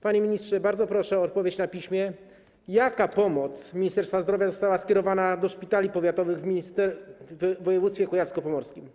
Panie ministrze, bardzo proszę o odpowiedź na piśmie, jaka pomoc Ministerstwa Zdrowia została skierowana do szpitali powiatowych w województwie kujawsko-pomorskim?